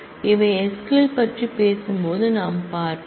எனவே இவை SQL பற்றி பேசும்போது நாம் பார்ப்போம்